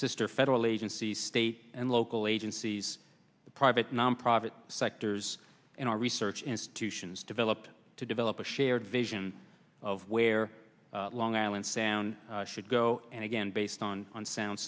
sister federal agencies state and local agencies the private nonprofit sectors and our research institutions developed to develop a shared vision of where long island sound should go and again based on on sound